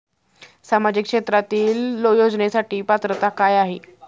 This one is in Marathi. सामाजिक क्षेत्रांतील योजनेसाठी पात्रता काय आहे?